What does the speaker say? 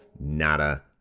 nada